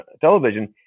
television